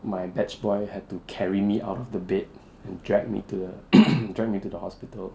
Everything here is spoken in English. my batch boy had to carry me out of the bed and drag me to drag me to the hospital